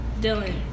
Dylan